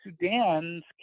Sudan's